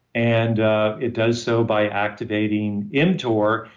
and it does so by activating mtor,